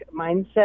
Mindset